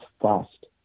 fast